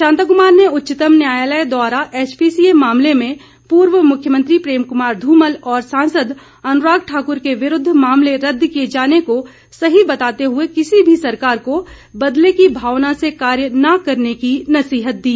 शांता कुमार ने उच्चतम न्यायालय द्वारा एचपीसीए मामले में पूर्व मुख्यमंत्री प्रेम कुमार धूमल और सांसद अनुराग ठाकुर के विरूद्व मामले रदद किए जाने को सही बताते हुए किसी भी सरकार को बदले की भावना से कार्य न करने की नसीहत दी